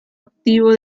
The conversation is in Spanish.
activo